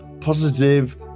positive